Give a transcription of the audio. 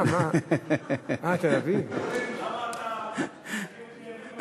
למה אתה מנחם,